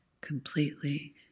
completely